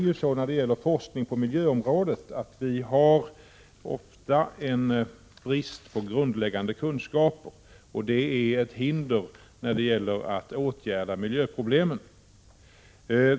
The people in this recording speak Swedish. Inom forskningen på miljöområdet har vi ofta brist på grundläggande kunskap, och det är ett hinder när det gäller att åtgärda miljöproblem.